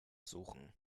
suchen